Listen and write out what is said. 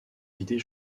idées